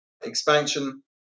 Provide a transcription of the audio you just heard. expansion